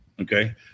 Okay